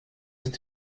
ist